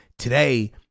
Today